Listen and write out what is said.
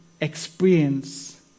experience